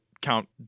Count